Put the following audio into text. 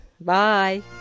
Bye